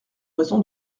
raison